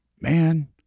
man